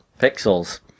Pixels